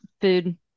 food